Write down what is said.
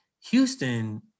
Houston